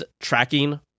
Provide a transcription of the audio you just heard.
tracking